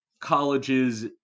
Colleges